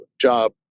job